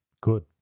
Good